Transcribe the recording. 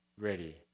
ready